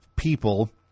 people